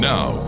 Now